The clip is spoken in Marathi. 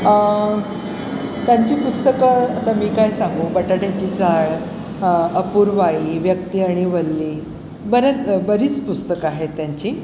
त्यां त्यांची पुस्तकं आता मी काय सांगू बटाट्याची चाळ अपूर्वी व्यक्ती आणि वल्ली बऱ्याच बरीच पुस्तकं आहेत त्यांची